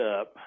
up